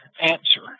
answer